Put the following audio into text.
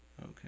Okay